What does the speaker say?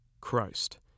Christ